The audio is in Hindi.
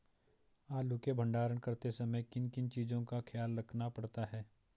आलू के भंडारण करते समय किन किन चीज़ों का ख्याल रखना पड़ता है?